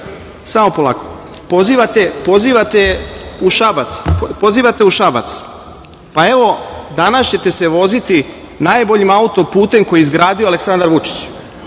samo polako. Pozivate u Šabac, pa evo, danas ćete se voziti najboljim auto-putem koji je izgradio Aleksandar Vučić,